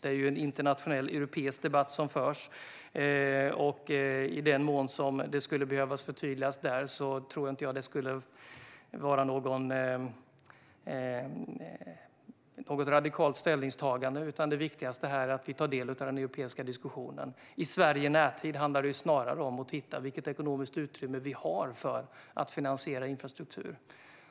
Det är ju en internationell europeisk debatt som förs, och i den mån det skulle behöva förtydligas där tror jag inte att det skulle vara något radikalt ställningstagande. Det viktigaste är att vi tar del av den europeiska diskussionen. I Sverige i närtid handlar det snarare om att titta på vilket ekonomiskt utrymme vi har för att finansiera infrastruktur.